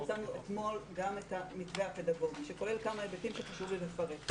אתמול פרסמנו גם את המתווה הפדגוגי שכולל כמה היבטים שחשוב לי לפרט.